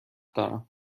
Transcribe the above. دارم